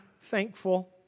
thankful